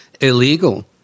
illegal